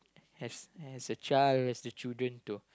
has has a child has a children to